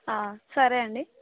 సరే అండి